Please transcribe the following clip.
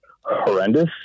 horrendous